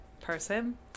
person